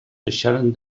deixaren